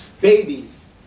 babies